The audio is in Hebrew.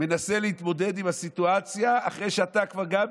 מבטיח תשובה ראויה.